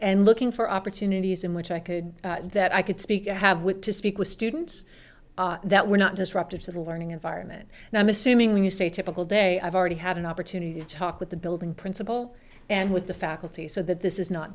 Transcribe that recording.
and looking for opportunities in which i could that i could speak i have wished to speak with students that were not disruptive to the learning environment and i'm assuming when you say typical day i've already had an opportunity to talk with the building principal and with the faculty so that this is not